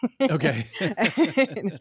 Okay